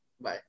Bye